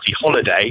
holiday